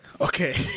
Okay